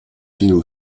finno